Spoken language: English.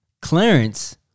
Clarence